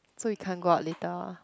so we can't go out later ah